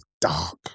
Dark